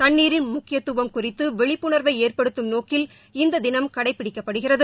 தண்ணீரின் முக்கியத்துவம் குறித்து விழிப்புணர்வை ஏற்படுத்தும் நோக்கில் இந்த தினம் கடைபிடிக்கப்படுகிறது